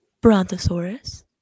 Brontosaurus